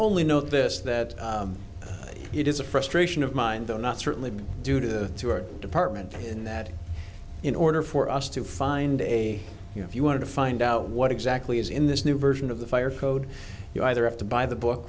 only know this that it is a frustration of mine though not certainly due to your department in that in order for us to find a you if you want to find out what exactly is in this new version of the fire code you either have to buy the book